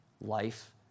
Life